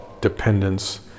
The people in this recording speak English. dependence